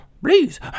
please